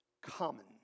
common